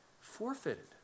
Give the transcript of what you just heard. forfeited